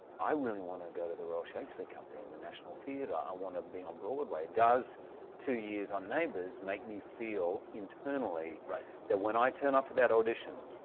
i really wanna go to the raw shakespeare company and the national theater. i wanna be on broadway. does two years on neighbors make me feel internally, that when i turn up for that audition,